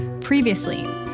Previously